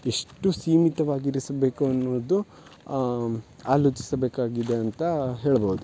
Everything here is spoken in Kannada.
ಎಷ್ಟು ಸೀಮಿತವಾಗಿರಿಸಬೇಕು ಅನ್ನೋದು ಆಲೋಚಿಸಬೇಕಾಗಿದೆ ಅಂತ ಹೇಳ್ಬೌದು